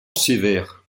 sévère